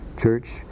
church